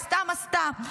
היא סתם עשתה,